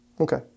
Okay